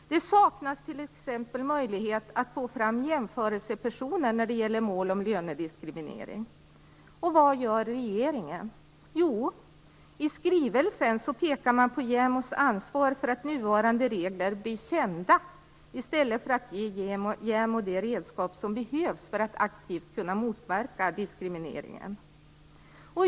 Det saknas t.ex. möjlighet att få fram jämförelsepersoner när det gäller mål om lönediskriminering. Var gör regeringen? Jo, i skrivelsen pekar man på JämO:s ansvar för att nuvarande regler blir kända, i stället för att ge JämO det redskap som behövs för att aktivt kunna motverka diskrimineringen.